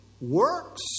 works